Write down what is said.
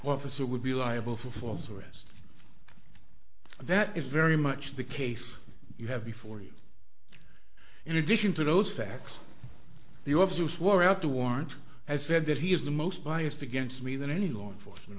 officer would be liable for false arrest that is very much the case you have before you in addition to those facts the obtuse were out to warrant as i said that he is the most biased against me than any law enforcement